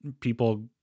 people